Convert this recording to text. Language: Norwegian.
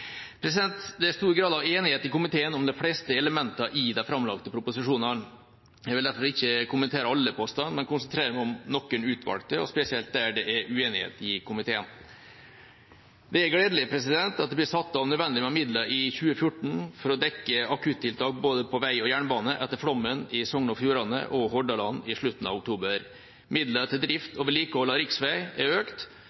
Det er stor grad av enighet i komiteen om de fleste elementene i de framlagte proposisjonene. Jeg vil derfor ikke kommentere alle postene, men konsentrere meg om noen utvalgte, og spesielt der det er uenighet i komiteen. Det er gledelig at det blir satt av nødvendig med midler i 2014 for å dekke akuttiltak både på vei og på jernbane etter flommen i Sogn og Fjordane og i Hordaland i slutten av oktober. Midler til drift